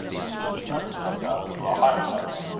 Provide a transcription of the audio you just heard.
and she had begun to look up to a higher heaven,